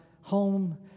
home